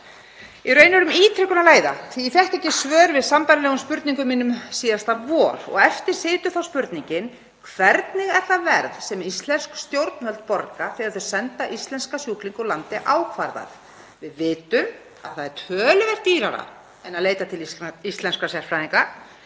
Í raun er um ítrekun að ræða því að ég fékk ekki svör við sambærilegum spurningum mínum síðasta vor. Eftir situr þá spurningin: Hvernig er það verð ákvarðað sem íslensk stjórnvöld borga þegar þau senda íslenska sjúklinga úr landi? Við vitum að það er töluvert dýrara en að leita til íslenskra sérfræðinga,